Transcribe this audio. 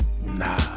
Nah